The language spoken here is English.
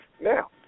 now